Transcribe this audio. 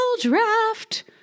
draft